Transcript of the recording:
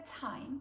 time